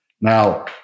Now